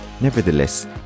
Nevertheless